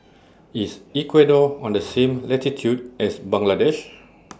IS Ecuador on The same latitude as Bangladesh